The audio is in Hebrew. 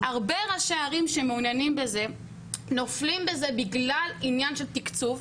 הרבה ראשי ערים שמעוניינים בזה נופלים בזה בגלל עניין של תקצוב.